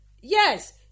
yes